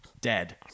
Dead